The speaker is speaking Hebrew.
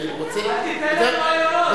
אל תיתן להם רעיונות.